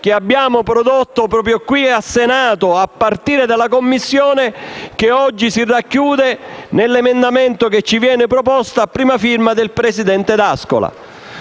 che abbiamo prodotto proprio qui al Senato, a partire dalla Commissione, e che oggi si racchiude nell'emendamento che ci viene proposto a prima firma del presidente D'Ascola.